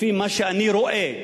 לפי מה שאני רואה,